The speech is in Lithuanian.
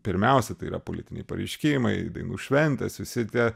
pirmiausia tai yra politiniai pareiškimai dainų šventės visi tie